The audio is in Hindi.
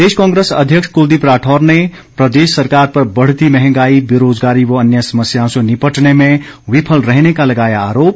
प्रदेश कांग्रेस अध्यक्ष कुलदीप राठौर ने प्रदेश सरकार पर बढ़ती महंगाई बेरोजगारी व अन्य समस्याओं से निपटने में विफल रहने का लगाया आरोप